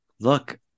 look